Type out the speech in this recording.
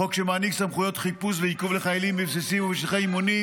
חוק שמעניק סמכויות חיפוש ועיכוב לחיילים בבסיסים ובשטחי אימונים,